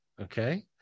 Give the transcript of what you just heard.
Okay